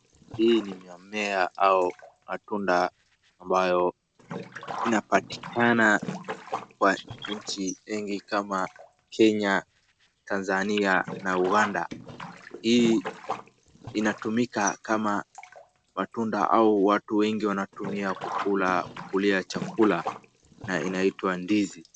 Hii ni mimea au matunda ambayo inapatikana kwa nchi nyingi kama Kenya, Tanzania na Uganda. Hii inatumika kama matunda au watu wengi wanatumia kukulia chakula na inaitwa ndizi.